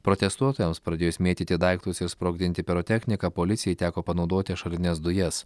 protestuotojams pradėjus mėtyti daiktus ir sprogdinti pirotechniką policijai teko panaudoti ašarines dujas